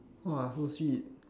!wah! so sweet